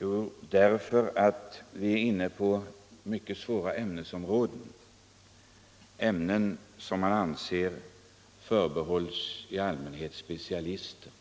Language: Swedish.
Jo, därför att vi är inne på mycket svåra ämnesområden. Det gäller frågor som, anser man, i allmänhet förbehålls specialister.